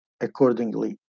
accordingly